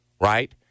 right